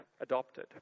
adopted